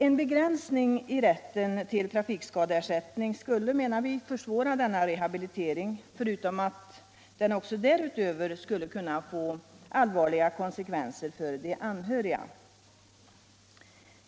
En begränsning i rätten till trafikskadeersättning skulle, menar vi, försvåra denna rehabilitering förutom att den därutöver skulle kunna få allvarliga konsekvenser för de anhöriga.